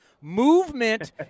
Movement